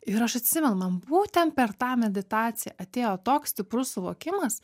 ir aš atsimenu man būtent per tą meditaciją atėjo toks stiprus suvokimas